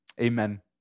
Amen